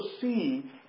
see